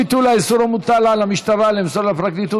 ביטול האיסור המוטל על המשטרה למסור לפרקליטות